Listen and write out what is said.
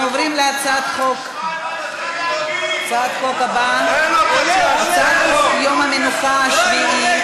אנחנו עוברים להצעת חוק הבאה: הצעת חוק יום המנוחה השבועי,